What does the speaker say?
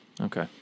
okay